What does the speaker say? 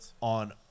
on